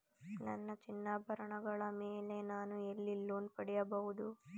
ನನ್ನ ಚಿನ್ನಾಭರಣಗಳ ಮೇಲೆ ನಾನು ಎಲ್ಲಿ ಲೋನ್ ಪಡೆಯಬಹುದು?